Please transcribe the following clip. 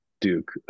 Duke